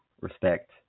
respect